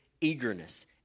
eagerness